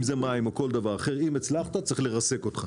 אם זה מים או כל דבר אחר צריך לרסק אותך,